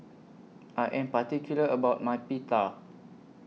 I Am particular about My Pita